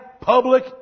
public